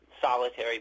solitary